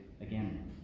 again